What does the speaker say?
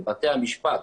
בבתי המשפט,